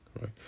Right